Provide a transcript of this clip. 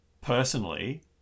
personally